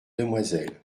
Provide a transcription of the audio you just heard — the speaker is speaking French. demoiselle